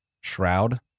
Shroud